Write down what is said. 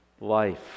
life